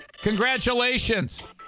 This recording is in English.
Congratulations